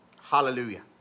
Hallelujah